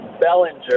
bellinger